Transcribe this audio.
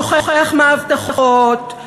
שוכח מהבטחות,